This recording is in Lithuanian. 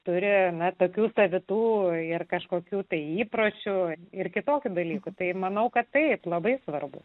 turėjome tokių savitų ir kažkokių įpročių ir kitokių dalykų tai manau kad tai labai svarbu